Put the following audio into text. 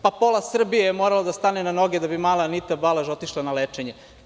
Pola Srbije je moralo da stane na noge da bi mala Anita Balaž otišla na lečenje.